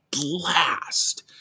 blast